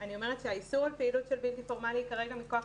כרגע.